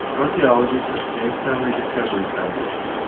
archaeologist at the jamestown rediscovery foundation.